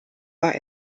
war